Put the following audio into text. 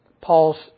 Paul's